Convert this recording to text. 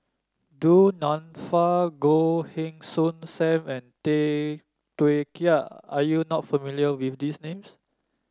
Du Nanfa Goh Heng Soon Sam and Tay Teow Kiat are you not familiar with these names